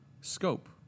scope